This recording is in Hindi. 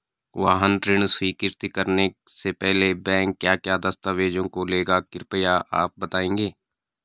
वाहन ऋण स्वीकृति करने से पहले बैंक क्या क्या दस्तावेज़ों को लेगा कृपया आप बताएँगे?